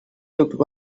looked